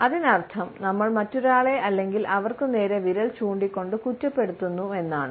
അതിനർത്ഥം നമ്മൾ മറ്റൊരാളെ അല്ലെങ്കിൽ അവർക്കു നേരെ വിരൽ ചൂണ്ടിക്കൊണ്ട് കുറ്റപ്പെടുത്തുന്നുവെന്നാണ്